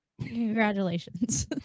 congratulations